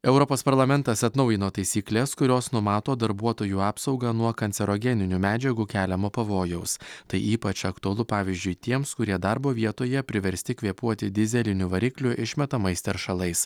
europos parlamentas atnaujino taisykles kurios numato darbuotojų apsaugą nuo kancerogeninių medžiagų keliamo pavojaus tai ypač aktualu pavyzdžiui tiems kurie darbo vietoje priversti kvėpuoti dyzelinių variklių išmetamais teršalais